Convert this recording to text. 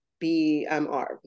BMR